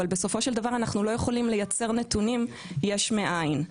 אבל בסופו של דבר אנחנו לא יכולים לייצר נתונים יש מאין.